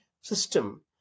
system